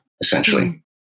essentially